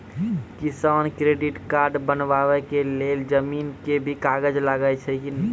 किसान credit card बनबा के लेल जमीन के भी कागज लागै छै कि?